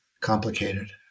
complicated